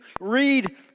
read